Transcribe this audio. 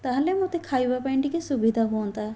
ତା'ହେଲେ ମୋତେ ଖାଇବା ପାଇଁ ମୋତେ ସୁବିଧା ହୁଅନ୍ତା